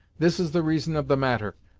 this is the reason of the matter,